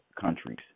countries